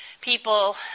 people